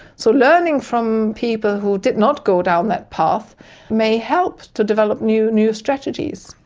so learning from people who did not go down that path may help to develop new new strategies.